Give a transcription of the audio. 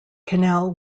canal